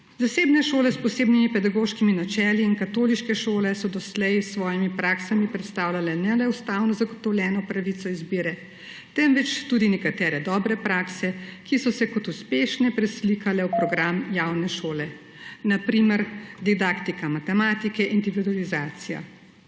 Zasebne šole s posebnimi pedagoškimi načeli in katoliške šole so doslej s svojimi praksami predstavljale ne le ustavno zagotovljeno pravico izbire, temveč tudi nekatere dobre prakse, ki so se kot uspešne preslikale v program javne šole, na primer didaktika matematika, individualizacija.